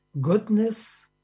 goodness